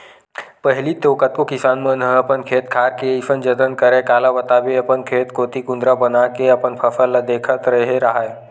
पहिली तो कतको किसान मन ह अपन खेत खार के अइसन जतन करय काला बताबे अपन खेत कोती कुदंरा बनाके अपन फसल ल देखत रेहे राहय